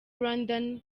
rwandan